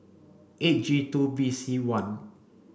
eight G two B C one